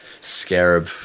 scarab